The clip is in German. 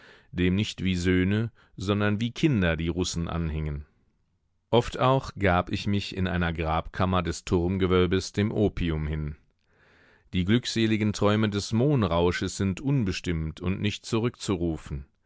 dem nicht wie söhne sondern wie kinder die russen anhingen oft auch gab ich mich in einer grabkammer des turmgewölbes dem opium hin die glückseligen träume des mohnrausches sind unbestimmt und nicht zurückzurufen